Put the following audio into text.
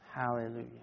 Hallelujah